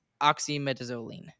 oxymetazoline